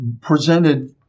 presented